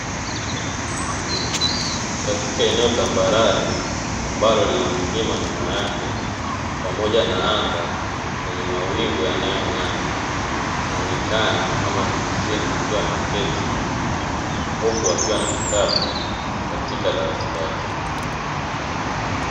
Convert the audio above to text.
Katika eneo tambarare ambalo lina milima nyuma yake pamoja na anga lenye mawingu yanayong’aa, anaonekana mwanamke mtu mzima ameketi huku akiwa na kitabu katika dawati lake.